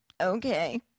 okay